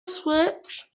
switch